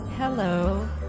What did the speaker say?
Hello